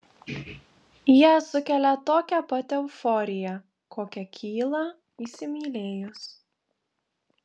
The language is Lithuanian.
jie sukelia tokią pat euforiją kokia kyla įsimylėjus